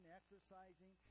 exercising